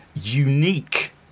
unique